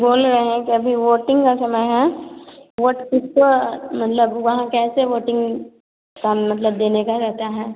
बोल रहे हैं कि अभी वोटिंग का समय है वोट किसको मतलब वहाँ कैसे वोटिंग का मतलब देने का रहता है